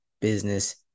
business